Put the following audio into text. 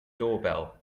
doorbell